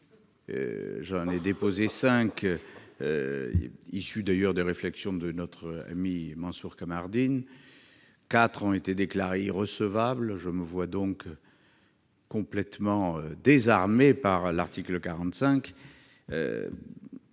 J'en avais déposé cinq, issus d'ailleurs des réflexions de notre ami Mansour Kamardine, mais quatre d'entre eux ont été déclarés irrecevables. Je me vois donc complètement désarmé par l'article 45